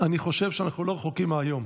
אני חושב שאנחנו לא רחוקים מהיום.